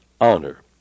honor